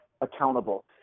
accountable